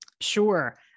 Sure